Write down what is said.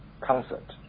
concert